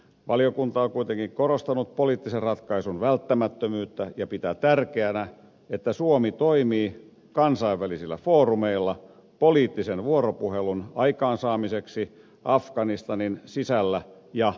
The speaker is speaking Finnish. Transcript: valiokunta on kuitenkin korostanut poliittisen ratkaisun välttämättömyyttä ja pitää tärkeänä että suomi toimii kansainvälisillä foorumeilla poliittisen vuoropuhelun aikaansaamiseksi afganistanin sisällä ja lähialueilla